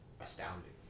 Astounding